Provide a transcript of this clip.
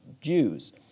Jews